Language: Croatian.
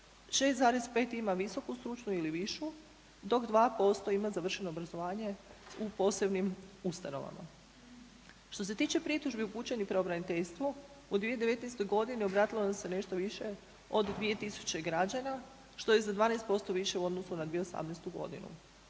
6,5 ima visoku stručnu ili višu dok 2% ima završeno obrazovanje u posebnim ustanovama. Što se tiče pritužbi upućenih pravobraniteljstvu u 2019. godini obratilo nam se nešto više od 2.000 građana što je za 12% više u odnosu na 2018. godinu.